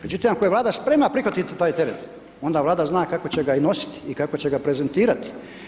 Međutim, ako je Vlada spremna prihvatiti taj teret onda Vlada zna i kako će ga i nositi i kako će ga prezentirati.